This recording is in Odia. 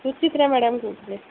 ସୁଚିତ୍ରା ମ୍ୟାଡ଼ାମ୍ କହୁଥିଲେ